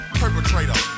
perpetrator